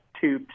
two